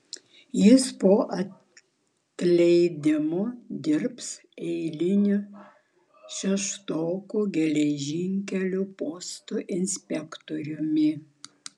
jis po atleidimo dirbs eiliniu šeštokų geležinkelio posto inspektoriumi